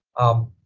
um,